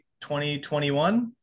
2021